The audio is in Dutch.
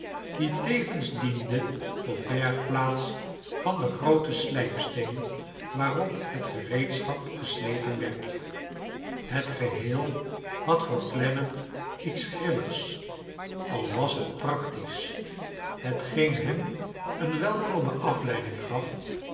die tevens diende tot bergplaats van den grooten slijpsteen waarop het gereedschap geslepen werd het geheel had voor clennam iets grilligs al was het practisch hetgeen hem een welkomene afleiding gaf